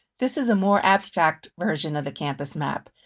this is a more abstract version of the campus map,